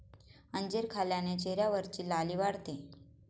अंजीर खाल्ल्याने चेहऱ्यावरची लाली वाढते